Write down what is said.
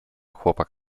chłopak